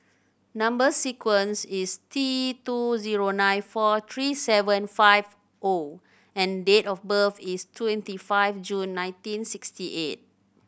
number sequence is T two zero nine four three seven five O and date of birth is twenty five June nineteen sixty eight